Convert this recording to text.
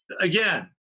again